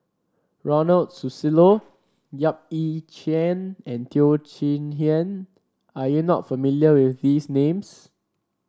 Ronald Susilo Yap Ee Chian and Teo Chee Hean are you not familiar with these names